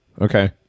Okay